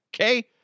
Okay